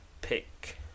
pick